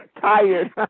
Tired